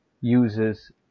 uses